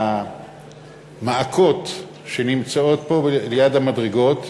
למעקות שנמצאים פה ליד המדרגות,